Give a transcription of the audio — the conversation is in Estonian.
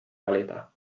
valida